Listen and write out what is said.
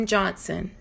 Johnson